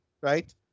right